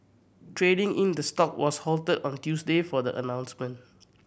trading in the stock was halted on Tuesday for the announcements